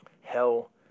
Hell